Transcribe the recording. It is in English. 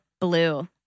blue